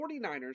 49ers